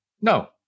No